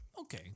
okay